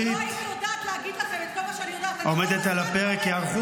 ירון לוי (יש עתיד): תוציא אותה,